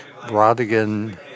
Rodigan